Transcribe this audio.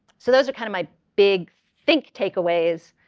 so those are kind of my big think takeaways.